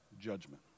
judgment